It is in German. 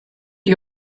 die